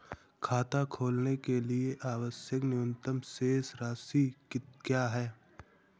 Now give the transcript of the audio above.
खाता खोलने के लिए आवश्यक न्यूनतम शेष राशि क्या है?